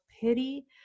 pity